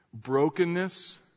Brokenness